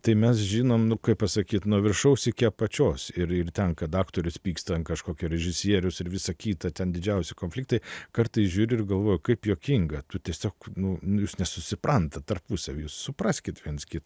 tai mes žinom nu kaip pasakyt nuo viršaus iki apačios ir ir ten kad aktorius pyksta ant kažkokio režisierius ir visą kitą ten didžiausi konfliktai kartais žiūriu ir galvoju kaip juokinga tu tiesiog nu nu jūs nesusiprantat tarpusavy supraskit viens kitą